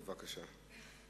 בבקשה.